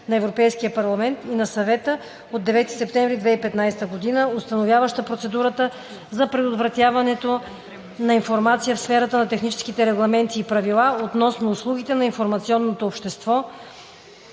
на Европейския парламент и на Съвета от 9 септември 2015 г. установяваща процедура за предоставянето на информация в сферата на техническите регламенти и правила относно услугите на информационното общество